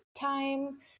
time